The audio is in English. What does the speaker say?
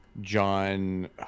john